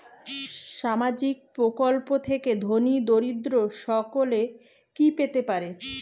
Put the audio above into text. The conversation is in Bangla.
সামাজিক প্রকল্প থেকে ধনী দরিদ্র সকলে কি পেতে পারে?